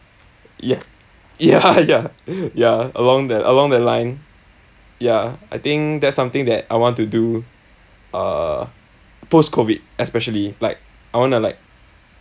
ya ya ya ya along that along that line ya I think that's something that I want to do uh post COVID especially like I wanna like